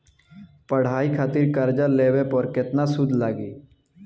पढ़ाई खातिर कर्जा लेवे पर केतना सूद लागी?